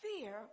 fear